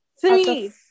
three